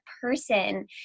person